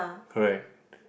correct